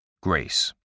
Grace